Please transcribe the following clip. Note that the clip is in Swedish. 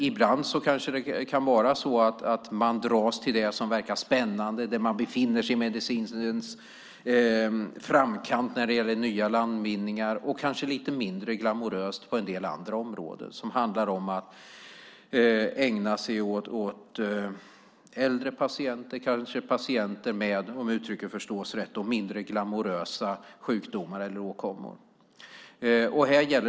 Ibland dras de till det som verkar spännande, till det som befinner sig på framkant när det gäller nya medicinska landvinningar, medan det kanske är mindre glamoröst på en del andra områden som handlar om att ägna sig åt äldre patienter, patienter med, om jag lyckas uttrycka mig så att jag förstås rätt, mindre glamorösa sjukdomar eller åkommor.